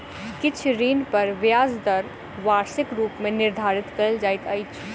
किछ ऋण पर ब्याज दर वार्षिक रूप मे निर्धारित कयल जाइत अछि